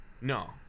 No